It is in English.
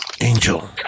Angel